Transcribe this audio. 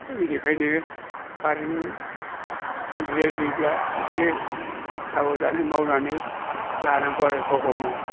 बिनिखायनो कारेन्ट गोग्लैनाय नुयोब्ला एसे साबदानै मावनानै लानांगौ आरो गावगावनो